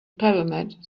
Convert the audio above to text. pyramids